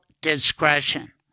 discretion